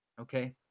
Okay